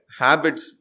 habits